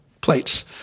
plates